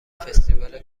فستیوال